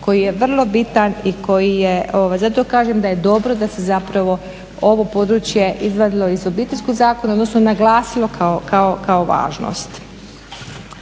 koji je vrlo bitan i koji je, zato kažem da je dobro da se zapravo ovo područje izvadilo iz Obiteljskog zakona, odnosno naglasilo kao važnost.